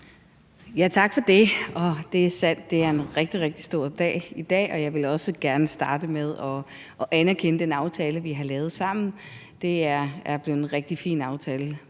at det er en rigtig, rigtig stor dag i dag. Og jeg vil også gerne starte med at anerkende den aftale, vi har lavet sammen. Det er blevet en rigtig fin aftale.